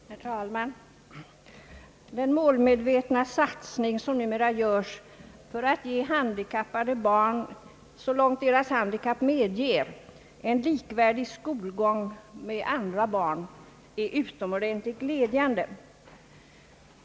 Herr talman! Den målmedvetna satsning som numera görs för att ge handikappade barn, så långt deras handikapp medger, en likvärdig skolgång med andra barn är utomordentligt glädjande.